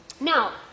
now